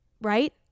right